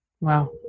Wow